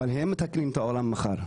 אבל הם מתקנים את העולם מחר,